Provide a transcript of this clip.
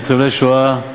ניצולי שואה,